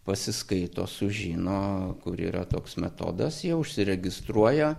pasiskaito sužino kur yra toks metodas jie užsiregistruoja